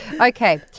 Okay